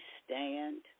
stand